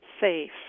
safe